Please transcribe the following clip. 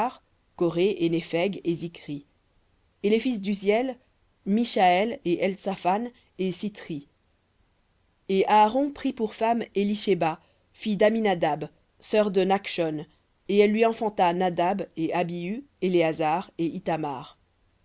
coré et népheg et écrit et les fils d'uziel mishaël et eltsaphan et cite et aaron prit pour femme élishéba fille d'amminadab sœur de nakhshon et elle lui enfanta nadab et abihu éléazar et